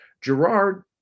gerard